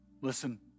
Listen